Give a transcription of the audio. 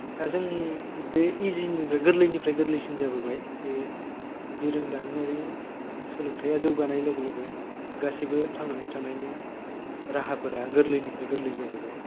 दा जोंनि बे इजि निफ्राय गोरलैनिफ्राय गोरलैसिन जाबोबाय बे बिरोंदामिनारि सोलोंथाया जौगानाय लोगो लोगो गासैबो थांनानै थानायनि राहाफोरा गोरलैनिफ्राय गोरलै जाबोबाय